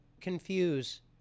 confuse